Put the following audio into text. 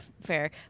Fair